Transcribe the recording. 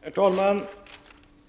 Herr talman!